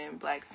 black